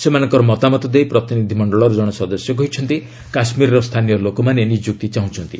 ସେମାନଙ୍କର ମତାମତ ଦେଇ ପ୍ରତିନିଧି ମଣ୍ଡଳର ଜଣେ ସଦସ୍ୟ କହିଛନ୍ତି କାଶ୍ମୀରର ସ୍ଥାନୀୟ ଲୋକମାନେ ନିଯୁକ୍ତି ଚାହୁଁଛନ୍ତି